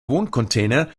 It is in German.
wohncontainer